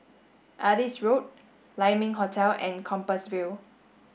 Adis Road Lai Ming Hotel and Compassvale